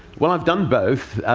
well, i've done both.